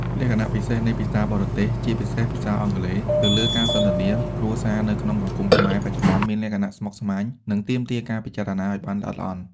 ឥទ្ធិពលនៃភាសាបរទេស (ជាពិសេសភាសាអង់គ្លេស) ទៅលើការសន្ទនាគ្រួសារនៅក្នុងសង្គមខ្មែរបច្ចុប្បន្ន មានលក្ខណៈស្មុគស្មាញ និងទាមទារការពិចារណាឱ្យបានល្អិតល្អន់។